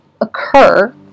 occur